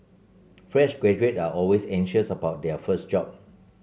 fresh graduate are always anxious about their first job